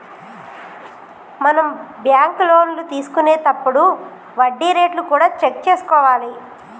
మనం బ్యాంకు లోన్లు తీసుకొనేతప్పుడు వడ్డీ రేట్లు కూడా చెక్ చేసుకోవాలి